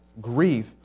grief